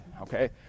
Okay